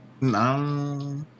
No